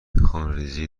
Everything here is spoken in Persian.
خونریزی